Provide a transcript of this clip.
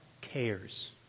cares